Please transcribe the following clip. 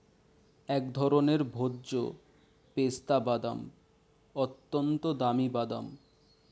এক ধরনের ভোজ্য পেস্তা বাদাম, অত্যন্ত দামি বাদাম